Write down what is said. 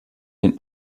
den